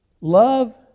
Love